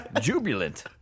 Jubilant